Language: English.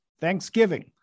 Thanksgiving